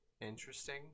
Interesting